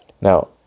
Now